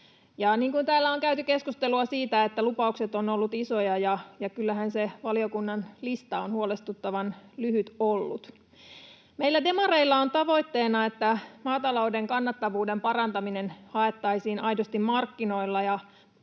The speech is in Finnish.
täällä on käyty keskustelua, niin lupaukset ovat olleet isoja, ja kyllähän se valiokunnan lista on huolestuttavan lyhyt ollut. Meillä demareilla on tavoitteena, että maatalouden kannattavuuden parantaminen haettaisiin aidosti markkinoilla, ja